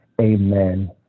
Amen